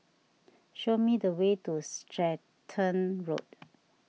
show me the way to Stratton Road